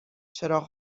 چراغ